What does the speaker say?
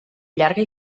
llarga